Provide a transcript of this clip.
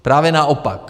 Právě naopak.